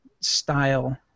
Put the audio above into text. style